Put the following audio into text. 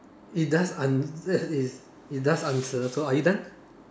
it does ans~ yes is it does answer so are you done